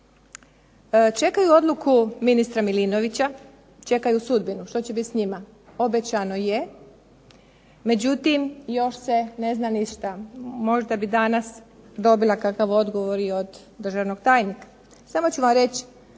čekaju odluku ministra Milinovića, čekaju sudbinu što će biti s njima. Obećano je, međutim još se ne zna ništa. Možda bi danas dobila kakav odgovor i od državnog tajnika. Samo ću vam reći